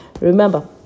Remember